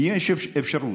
ויש אפשרות,